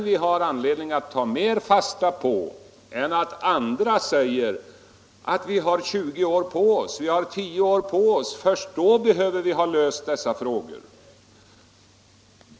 Vi har anledning att mer ta fasta på den än på det förhållandet att andra säger att vi har 10-20 år på oss — först då behöver vi ha löst denna fråga.